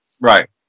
Right